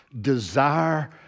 desire